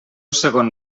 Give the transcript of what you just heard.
segon